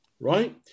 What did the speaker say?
Right